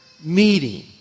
meeting